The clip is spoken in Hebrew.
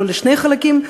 לא לשני חלקים,